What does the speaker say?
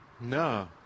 No